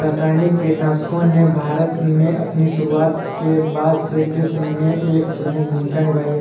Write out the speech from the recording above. रासायनिक कीटनाशकों ने भारत में अपनी शुरूआत के बाद से कृषि में एक प्रमुख भूमिका निभाई हैं